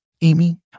Amy